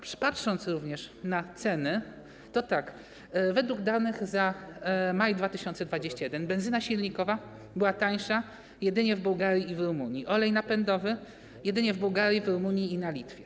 Patrząc również na ceny - według danych za maj 2021 r. benzyna silnikowa była tańsza jedynie w Bułgarii i w Rumunii, olej napędowy był tańszy jedynie w Bułgarii, w Rumunii i na Litwie.